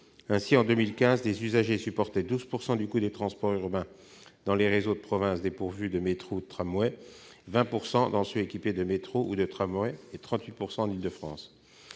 Ainsi, en 2015, les usagers supportaient 12 % du coût du transport urbain dans les réseaux de province dépourvus de métro ou de tramway, 20 % dans ceux équipés de métro ou de tramway et 38 % en Île-de-France.